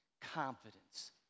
confidence